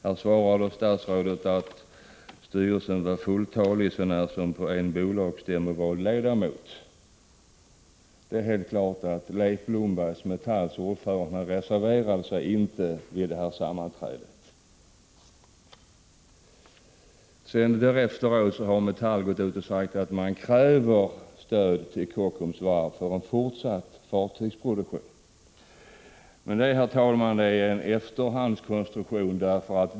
Statsrådet svarade att styrelsen var fulltalig så när som på en bolagsstämmovald ledamot. Det är helt klart att Leif Blomberg, Metalls ordförande, inte reserverade sig vid detta sammanträde. Efteråt har Metall gått ut och sagt att man kräver stöd till Kockums Varv för en fortsatt fartygsproduktion. Men, herr talman, det är en efterhandskonstruktion.